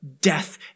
death